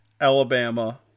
Alabama